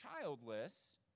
childless